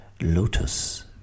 Lotus